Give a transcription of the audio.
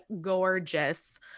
gorgeous